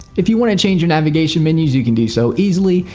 if you want to change your navigation menus, you can do so easily,